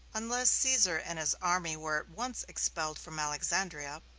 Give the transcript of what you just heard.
unless caesar and his army were at once expelled from alexandria,